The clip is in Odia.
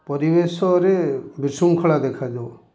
ପରିବେଶରେ ବିଶୃଙ୍ଖଳା ଦେଖାଯାଉ